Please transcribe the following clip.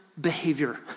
behavior